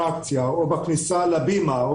אז פרופסור זרקא,